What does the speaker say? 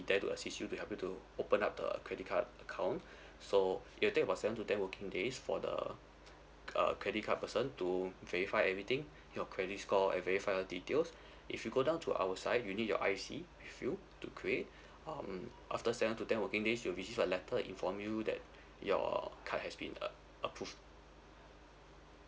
there to assist you to help you to open up the credit card account so it will take about seven to ten working days for the uh credit card person to verify everything your credit score and verify your details if you go down to our side you need your I_C with you to create um after seven to ten working days you'll receive a letter inform you that your card has been a~ approve